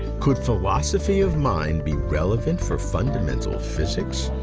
could philosophy of mind be relevant for fundamental physics?